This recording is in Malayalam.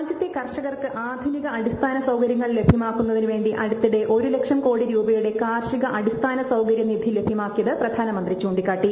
രാജ്യത്തെ കർഷകർക്ക് ആധുനിക അടിസ്ഥാന സൌകര്യങ്ങൾ ലഭ്യമാക്കുന്നതിന് വേണ്ടി അടുത്തിടെ ഒരു ലക്ഷം കോടി രൂപയുടെ കാർഷിക അടിസ്ഥാന സൌകര്യ നിധി ലഭ്യമാക്കിയത് പ്രധാനമന്ത്രി ചൂണ്ടിക്കാട്ടി